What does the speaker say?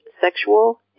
sexual